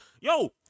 Yo